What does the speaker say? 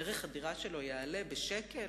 ערך הדירה שלו יעלה בשקל?